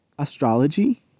astrology